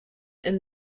and